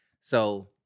So-